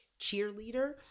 cheerleader